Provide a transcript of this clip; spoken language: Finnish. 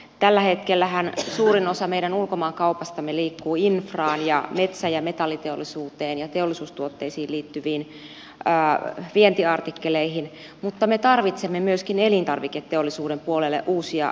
tällä hetkellähän suurin osa meidän ulkomaankaupastamme liittyy infraan ja metsä ja metalliteollisuuteen ja teollisuustuotteisiin liittyviin vientiartikkeleihin mutta me tarvitsemme myöskin elintarviketeollisuuden puolelle uusia vientituotteita